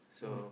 mm